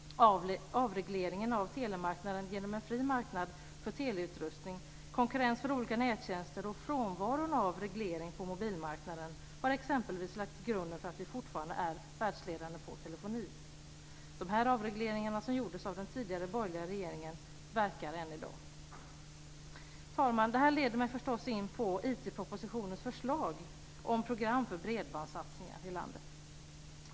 Avregleringen av telemarknaden genom en fri marknad för teleutrustning, konkurrens för olika nättjänster och frånvaron av reglering på mobilmarknaden har exempelvis lagt grunden för att vi fortfarande är världsledande på telefoni. Dessa avregleringar som gjordes av den tidigare, borgerliga regeringen verkar än i dag. Fru talman! Detta leder mig förstås in på IT propositionens förslag om program för bredbandssatsningar i landet.